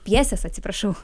pjesės atsiprašau